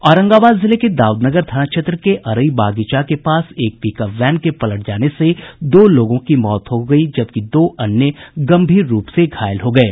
औरंगाबाद जिले के दाउदनगर थाना क्षेत्र के अरई बागीचा के पास एक पिकअप वैन के पलट जाने से दो लोगों की मौत हो गयी जबकि दो अन्य गंभीर रूप से घायल हो गये